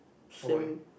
what about you